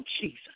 Jesus